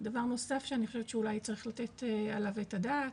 דבר נוסף שאני חושבת שאולי צריך לתת עליו את הדעת,